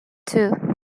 two